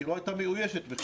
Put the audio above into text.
כי לא הייתה מאוישת בכלל.